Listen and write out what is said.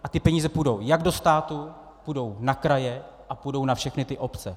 A ty peníze půjdou do státu, půjdou na kraje a půjdou na všechny ty obce.